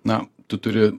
na tu turi